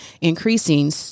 increasing